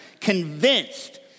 convinced